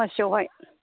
दमासियावहाय